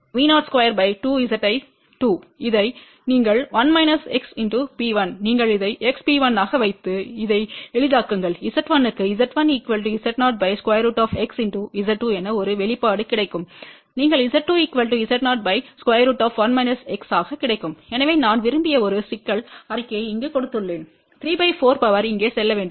P3 V022Z¿2 இதை நீங்கள் P1நீங்கள் இதைxP1 ஆகவைத்து இதைஎளிதாக்குங்கள் Z1 க்குZ1Z0√xZ2எனஒரு வெளிப்பாடு கிடைக்கும் நீங்கள் Z2 Z0√ ஆககிடைக்கும் எனவே நான் விரும்பிய ஒரு சிக்கல் அறிக்கையை இங்கு கொடுத்துள்ளேன் 34 பவர் இங்கே செல்ல வேண்டும்